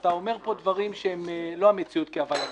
אתה אומר פה דברים שהם לא המציאות כהווייתה.